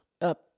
up